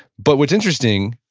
but what's interesting,